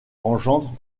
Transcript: engendre